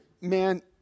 man